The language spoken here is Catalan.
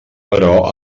però